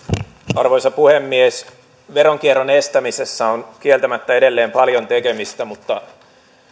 arvoisa puhemies veronkierron estämisessä on kieltämättä edelleen paljon tekemistä mutta